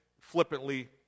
flippantly